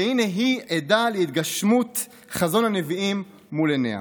והינה היא עדה להתגשמות חזון הנביאים מול עיניה.